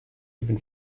even